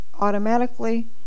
automatically